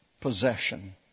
possession